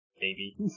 baby